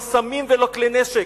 לא סמים ולא כלי נשק.